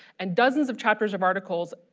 and dozens of chapters of articles.